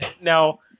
Now